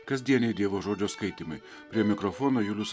kasdieniai dievo žodžio skaitymai prie mikrofono julius